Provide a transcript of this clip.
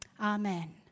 Amen